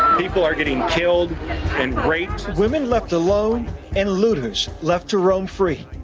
people are getting killed and raped women left alone and looters left to roam free